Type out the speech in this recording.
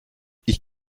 ich